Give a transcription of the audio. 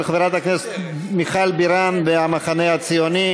של חברת הכנסת מיכל בירן והמחנה הציוני,